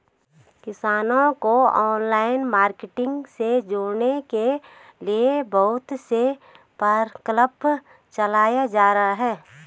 किसानों को online marketing से जोड़ने के लिए बहुत से प्रकल्प चलाए जा रहे हैं